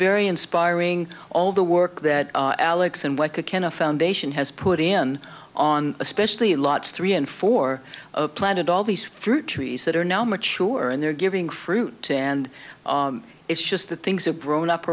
very inspiring all the work that alex and what can a foundation has put in on especially lots three and four planted all these fruit trees that are now mature and they're giving fruit and it's just that things have grown up